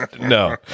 No